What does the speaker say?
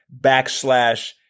backslash